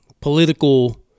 political